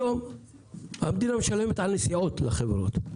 היום המדינה משלמת על נסיעות לחברות.